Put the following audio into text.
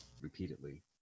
repeatedly